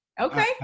Okay